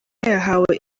yahawe